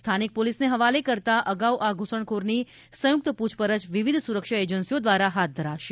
સ્થાનિક પોલીસને હવાલે કરતા અગાઉ આ ઘુસણખોરની સંયુક્ત પૂછપરછ વિવિધ સુરક્ષા એજન્સીઓ દ્વારા હાથ ધરાશે